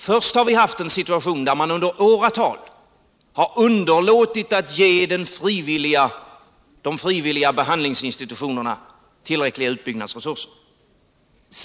Först har vi haft en situation där man under åratal har underlåtit att ge de frivilliga behandlingsinstitutionerna tillräckliga utbyggnadsresurser.